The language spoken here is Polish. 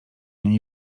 niej